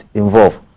involved